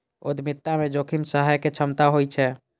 उद्यमिता मे जोखिम सहय के क्षमता होइ छै